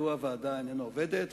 מדוע הוועדה איננה עובדת,